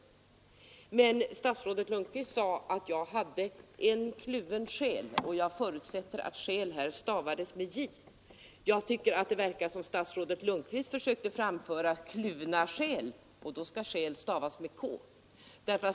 Slutligen sade statsrådet Lundkvist att jag hade en kluven själ, och jag förutsätter då att ordet skäl skulle stavas med sj; jag tycker det verkar som om statsrådet Lundkvist försökte framföra kluvna skäl, och då skall skäl stavas med sk.